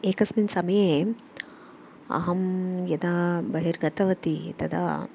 एकस्मिन् समये अहं यदा बहिर्गतवती तदा